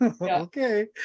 okay